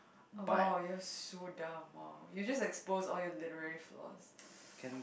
!wow! you're so dumb !wow! you just expose all your literary flaws